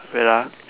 wait ah